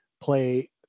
play